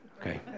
Okay